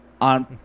on